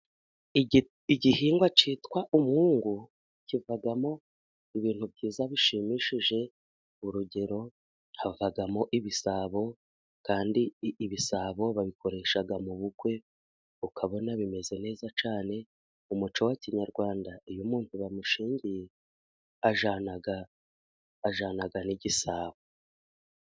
igihingwa cyitwa umwungu kivamo ibintu byiza bishimishije, urugero: havagamo ibisabo kandi ibisabo babikoresha mu bukwe, ukabona bimeze neza cyane, mu muco wa kinyarwanda, iyo umuntu bamushyingiye ajyana ajyana n'igisabo.